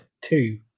two